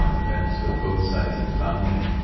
um events with both sides of the family,